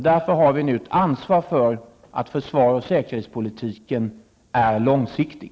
Därför har vi nu ett ansvar för att försvaret och säkerhetspolitiken är långsiktig.